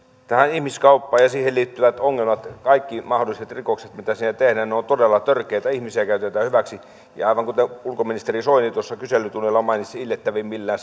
ihmiskauppa ja siihen liittyvät ongelmat kaikki mahdolliset rikokset mitä siinä tehdään ovat todella törkeitä ihmisiä käytetään hyväksi ja aivan kuten ulkoministeri soini kyselytunnilla mainitsi iljettävimmillään